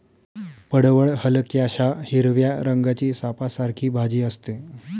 पडवळ हलक्याशा हिरव्या रंगाची सापासारखी भाजी असते